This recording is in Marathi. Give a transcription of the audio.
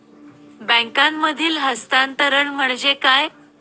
बँकांमधील हस्तांतरण म्हणजे काय?